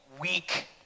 weak